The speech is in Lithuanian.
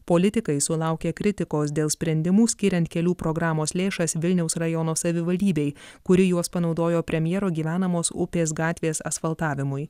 politikai sulaukia kritikos dėl sprendimų skiriant kelių programos lėšas vilniaus rajono savivaldybei kuri juos panaudojo premjero gyvenamos upės gatvės asfaltavimui